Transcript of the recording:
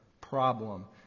problem